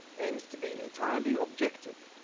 aims to be entirely objective,